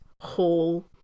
whole